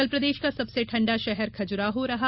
कल प्रदेश का सबसे ठंडा शहर खजुराहो रहा